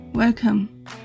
Welcome